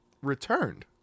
returned